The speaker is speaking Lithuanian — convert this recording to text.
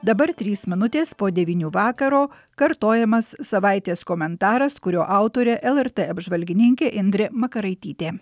dabar trys minutės po devynių vakaro kartojamas savaitės komentaras kurio autorė lrt apžvalgininkė indrė makaraitytė